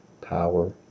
power